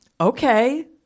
Okay